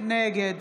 נגד